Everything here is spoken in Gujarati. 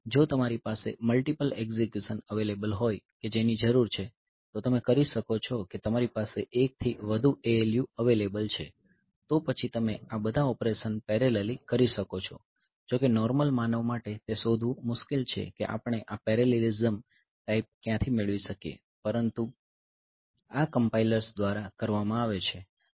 જો તમારી પાસે મલ્ટીપલ એકઝીક્યુશન અવેલેબલ હોય કે જેની જરૂર છે તો તમે કરી શકો છો કે તમારી પાસે એકથી વધુ ALU અવેલેબલ છે તો પછી તમે આ બધા ઓપરેશન પેરેલલી કરી શકો છો જો કે નોર્મલ માનવ માટે તે શોધવું મુશ્કેલ છે કે આપણે આ પેરેલેલીઝમ ટાઈપ ક્યાંથી મેળવી શકીએ પરંતુ આ કમ્પાઇલર્સ દ્વારા કરવામાં આવે છે